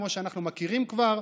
כמו שאנחנו מכירים כבר,